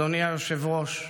אדוני היושב-ראש,